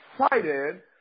excited